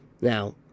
Now